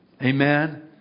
Amen